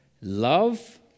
Love